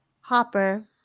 Hopper